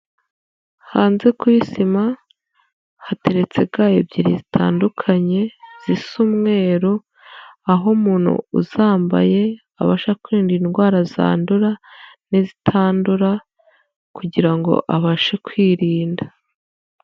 Hanze kuri sima, hateretse ga ebyiri zitandukanye, zisa umweru, aho umuntu uzambaye abasha kwirinda indwara zandura n'izitandura kugira ngo abashe kwirinda.